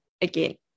again